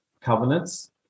covenants